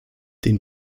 den